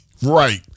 Right